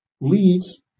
leads